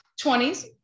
20s